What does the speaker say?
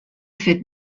fet